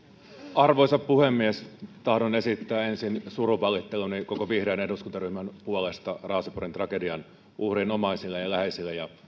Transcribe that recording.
arvoisa puhemies tahdon esittää ensin surunvalitteluni koko vihreän eduskuntaryhmän puolesta raaseporin tragedian uhrien omaisille ja läheisille